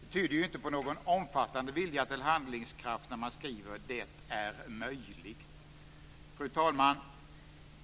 Det tyder ju inte på någon omfattande vilja till handlingskraft när man skriver "det är möjligt". Fru talman!